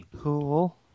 Cool